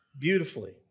beautifully